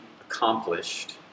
accomplished